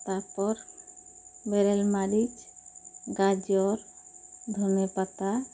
ᱛᱟᱨᱯᱚᱨ ᱵᱮᱨᱮᱞ ᱢᱟᱹᱨᱤᱡᱽ ᱜᱟᱡᱚᱨ ᱫᱷᱚᱱᱤᱭᱟ ᱯᱟᱛᱟ